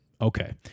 Okay